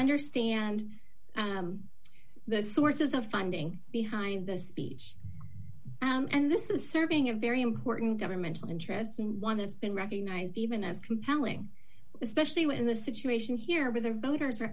understand the sources of funding behind the speech and this is serving a very important governmental interesting one that's been recognized even as compelling especially when the situation here with the voters or